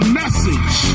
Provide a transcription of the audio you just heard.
message